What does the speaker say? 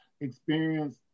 experience